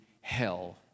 hell